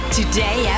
Today